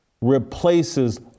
replaces